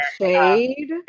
shade